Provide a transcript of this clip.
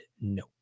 no